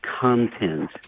content